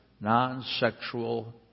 non-sexual